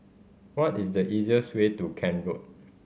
what is the easiest way to Kent Road